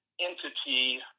entity